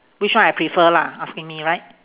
which one I prefer lah asking me right